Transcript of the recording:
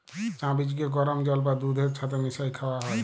চাঁ বীজকে গরম জল বা দুহুদের ছাথে মিশাঁয় খাউয়া হ্যয়